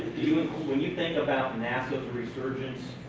when you think about nasa's ressurgence,